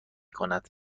کند